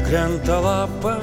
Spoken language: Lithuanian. krenta lapai